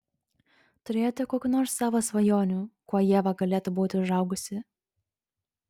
turėjote kokių nors savo svajonių kuo ieva galėtų būti užaugusi